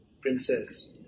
princess